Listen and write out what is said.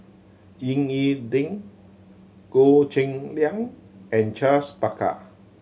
Ying E Ding Goh Cheng Liang and Charles Paglar